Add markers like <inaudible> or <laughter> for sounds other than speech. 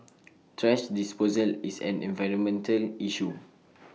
<noise> thrash disposal is an environmental issue <noise>